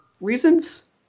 reasons